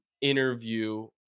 interview